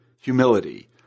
humility